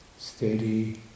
Steady